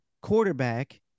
quarterback